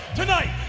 tonight